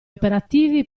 operativi